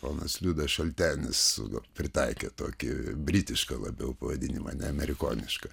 ponas liudas šaltenis pritaikė tokį britišką labiau pavadinimą ne amerikonišką